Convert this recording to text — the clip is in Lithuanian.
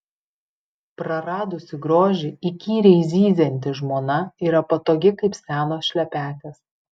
praradusi grožį įkyriai zyzianti žmona yra patogi kaip senos šlepetės